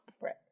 Right